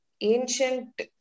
Ancient